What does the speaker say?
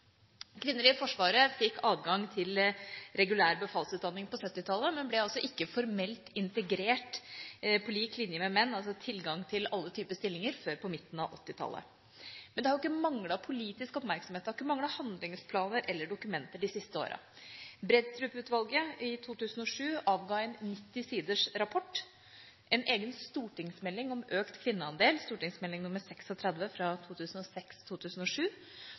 Kvinner i Forsvaret fikk adgang til regulær befalsutdanning på 1970-tallet, men ble ikke formelt integrert på lik linje med menn med tilgang til alle typer stillinger før på midten av 1980-tallet. Men det har ikke manglet politisk oppmerksomhet, og det har ikke manglet handlingsplaner eller dokumenter de siste årene. Bredstrup-utvalget avga i 2007 en 90 siders rapport, og vi fikk en egen stortingsmelding om økt kvinneandel,